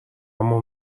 اما